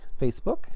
Facebook